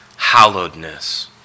hallowedness